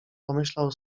pomyślał